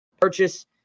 purchase